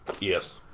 Yes